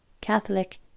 Catholic